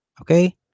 okay